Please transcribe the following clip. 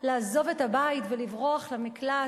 לעזוב את הבית ולברוח למקלט,